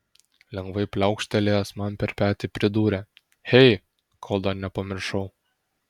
lengvai pliaukštelėjęs man per petį pridūrė hey kol dar nepamiršau